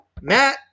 Matt